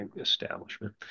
establishment